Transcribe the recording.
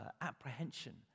apprehension